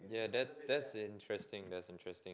yeah that's that's interesting that's interesting